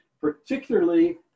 particularly